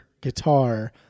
guitar